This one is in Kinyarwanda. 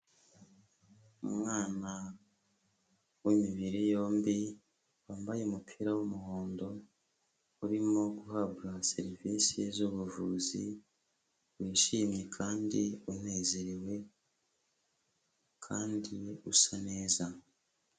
Umwana w'imibiri yombi, wambaye umupira w'umuhondo, urimo guhabwa serivisi z'ubuvuzi, wishimye kandi unezerewe kandi usa neza.